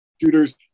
shooters